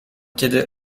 kiedy